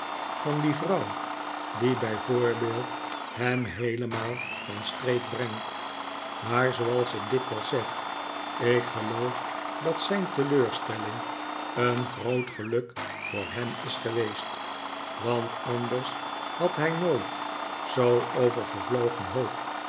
van die vrouw bij voorbeeld hem heelemaal van streek brengt maar zooals ik dikwijls zeg ik geloof dat zijn teleurstelling een groot geluk voor hem is geweest want anders had hij nooit zoo over vervlogen hoop